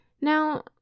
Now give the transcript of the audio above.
Now